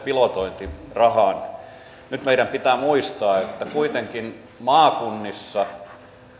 pilotointirahaan nyt meidän pitää muistaa että kuitenkin maakunnissa